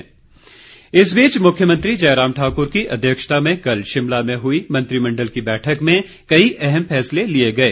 cabinet इस बीच मुख्यमंत्री जयराम ठाक्र की अध्यक्षता में कल शिमला में हुई मंत्रिमंडल की बैठक में कई अहम फैसले लिए गए